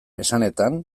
esanetan